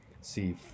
See